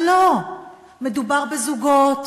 אבל לא, מדובר בזוגות